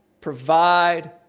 provide